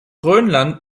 grönland